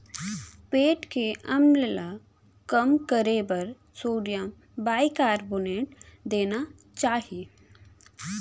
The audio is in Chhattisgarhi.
पेट के अम्ल ल कम करे बर सोडियम बाइकारबोनेट देना चाही